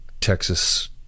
Texas